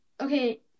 Okay